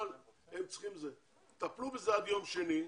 אבל הם צריכים טפלו בזה עד יום שני.